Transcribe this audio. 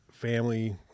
family